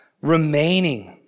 remaining